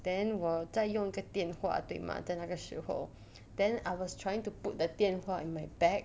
then 我在用着电话对吗在那个时候 then I was trying to put the 电话 in my bag